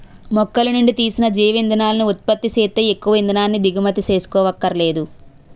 మొక్కలనుండి తీసిన జీవ ఇంధనాలను ఉత్పత్తి సేత్తే ఎక్కువ ఇంధనాన్ని దిగుమతి సేసుకోవక్కరనేదు